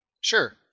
Sure